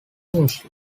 music